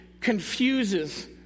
confuses